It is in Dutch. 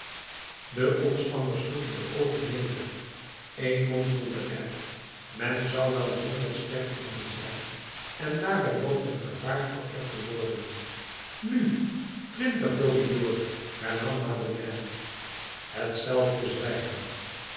de omstanders sloegen de oogen neder een mompelde er men zou wel drommels sterk moeten zijn en daarbij loopt men gevaar verplet te worden nu twintig louis d'or hernam madeleine hetzelfde zwijgen